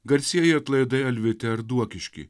garsieji atlaidai alvite ar duokišky